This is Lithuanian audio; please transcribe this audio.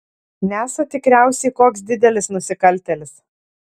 nesat tikriausiai koks didelis nusikaltėlis